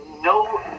No